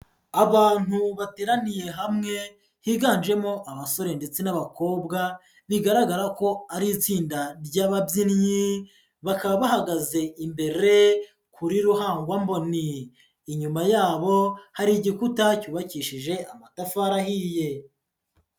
Abantu bateraniye hamwe, higanjemo abasore ndetse n'abakobwa, bigaragara ko ari itsinda ry'ababyinnyi, bakaba bahagaze imbere kuri ruhangwaboni, inyuma yabo hari igikuta cyubakishije amatafari ahiye.